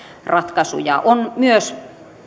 ratkaisuja on myös